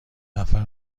نفر